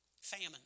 famine